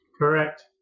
Correct